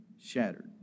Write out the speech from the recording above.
shattered